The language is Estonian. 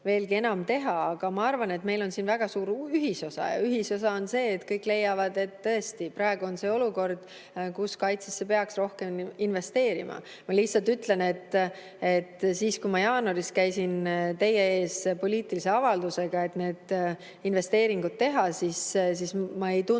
veelgi enam teha. Aga ma arvan, et meil on siin väga suur ühisosa. Ühisosa on see, et kõik leiavad, et tõesti on praegu olukord, kus kaitsesse peaks rohkem investeerima. Ma lihtsalt ütlen, et kui ma jaanuaris käisin teie ees poliitilise avaldusega, et need investeeringud teha, siis ma ei tundnud